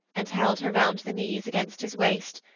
and held her round the knees against his waist,